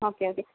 okay okay